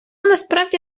насправді